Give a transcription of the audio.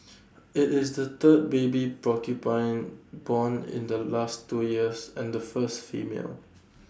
IT is the third baby porcupine born in the last two years and the first female